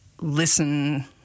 listen